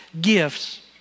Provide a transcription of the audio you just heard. gifts